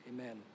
Amen